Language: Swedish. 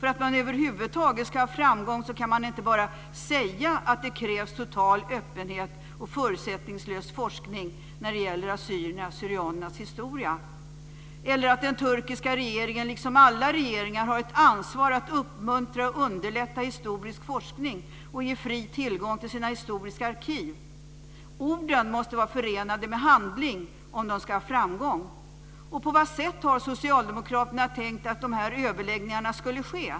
För att över huvud taget ha framgång kan man inte bara säga att det krävs total öppenhet och förutsättningslös forskning gällande assyrierna/syrianernas historia, eller att den turkiska regeringen liksom alla regeringar har ett ansvar för att uppmuntra och underlätta historisk forskning och ge fri tillgång till sina historiska arkiv. Orden måste vara förenade med handling om de ska ha framgång.